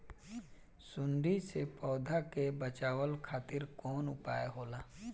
सुंडी से पौधा के बचावल खातिर कौन उपाय होला?